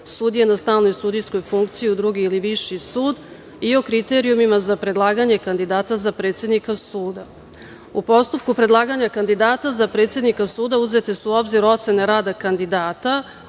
sudija na stalnoj sudijskoj funkciji u Drugi ili Viši sud i o kriterijumima za predlaganje kandidata za predsednika suda.U postupku predlaganja kandidata za predsednika suda uzete su u obzir ocene rada kandidata.